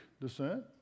descent